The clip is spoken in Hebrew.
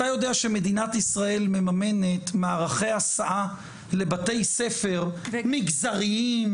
אתה יודע שמדינת ישראל מממנת מערכי הסעה לבתי ספר מגזריים,